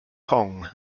kong